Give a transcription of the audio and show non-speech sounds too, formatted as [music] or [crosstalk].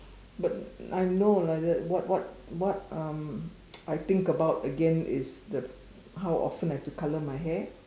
but I'm old ah what what what um [noise] I think about again is the how often I have to color my hair